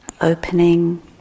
opening